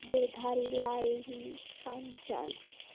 Girdharilal ji Panchal